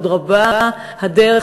עוד רבה הדרך.